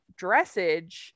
dressage